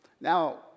Now